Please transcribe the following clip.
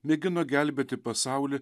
mėgino gelbėti pasaulį